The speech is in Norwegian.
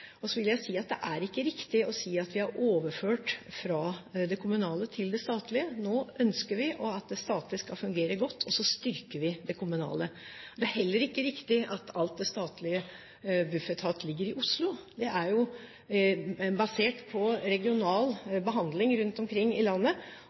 Og så vil jeg si at det er ikke riktig å si at vi har overført fra det kommunale til det statlige. Nå ønsker vi at det statlige skal fungere godt, og så styrker vi det kommunale. Det er heller ikke riktig at alt det statlige Bufetat ligger i Oslo. Det er basert på regional